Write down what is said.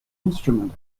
instrument